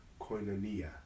koinonia